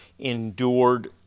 endured